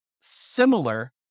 similar